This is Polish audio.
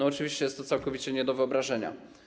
Oczywiście jest to całkowicie nie do wyobrażenia.